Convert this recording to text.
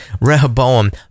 Rehoboam